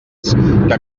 que